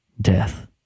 Death